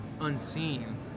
unseen